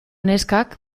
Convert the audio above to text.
neskak